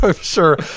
sure